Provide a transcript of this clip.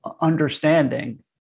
understanding